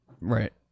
Right